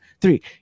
three